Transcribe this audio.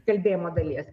kalbėjimo dalies